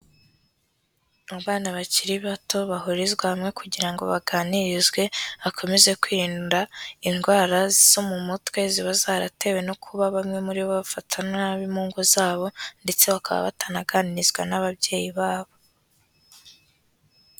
Abana bakiri bato bahurizwa hamwe kugira ngo baganirizwe, bakomeze kwirinda indwara zo mu mutwe ziba zaratewe no kuba bamwe muri bafatwa nabi mu ngo zabo ndetse bakaba batanaganirizwa n'ababyeyi babo.